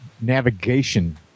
navigation